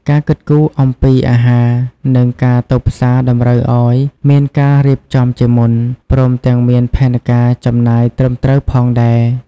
ការគិតគូរអំពីអាហារ និងការទៅផ្សារតម្រូវឱ្យមានការរៀបចំជាមុន ព្រមទាំងមានផែនការចំណាយត្រឹមត្រូវផងដែរ។